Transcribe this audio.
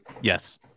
Yes